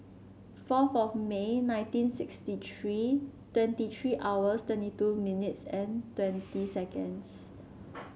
fourth of May nineteen sixty three twenty three hours twenty two minutes and twenty seconds